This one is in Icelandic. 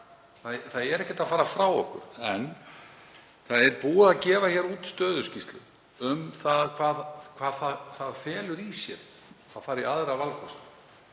Það er ekkert að fara frá okkur. Það er búið að gefa út stöðuskýrslu um hvað það felur í sér að fara í aðra valkosti.